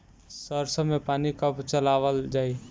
सरसो में पानी कब चलावल जाई?